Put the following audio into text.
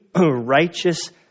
righteous